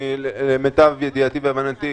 למיטב ידיעתי והבנתי,